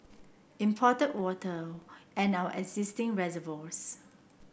imported water and our existing reservoirs